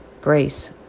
Grace